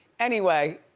anyway